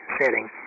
setting